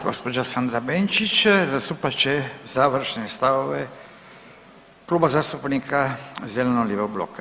Gospođa Sandra Benčić, zastupat će završne stavove Kluba zastupnika zeleno-lijevog bloka.